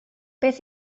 beth